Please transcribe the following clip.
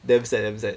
damn sad damn sad